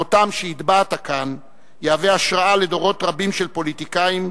החותם שהטבעת כאן יהווה השראה לדורות רבים של פוליטיקאים,